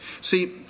See